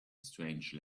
strange